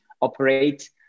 operate